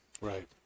Right